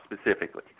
specifically